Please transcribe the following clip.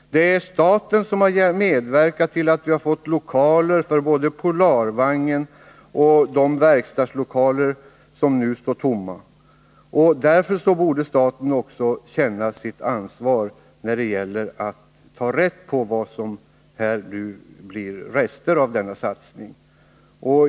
Det är staten som har medverkat både till att vi har fått lokaler för Polarvagnen och till att vi fått de verkstadslokaler som nu står tomma. Därför borde staten också känna sitt ansvar när det gäller att ta rätt på vad som nu blir rester av denna satsning.